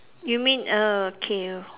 you mean ah K you